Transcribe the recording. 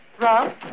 Rob